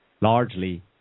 largely